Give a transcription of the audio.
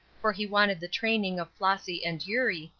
for he wanted the training of flossy and eurie,